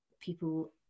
people